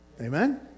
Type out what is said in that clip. Amen